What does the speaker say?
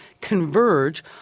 converge